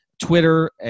Twitter